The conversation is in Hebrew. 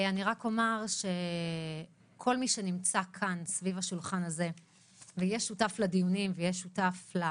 אני רק אומר שכל מי שנמצא סביב השולחן הזה ויהיה שותף לדיונים ולחקיקה,